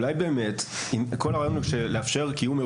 אולי באמת אם כל הרעיון הוא לאפשר קיום